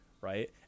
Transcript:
Right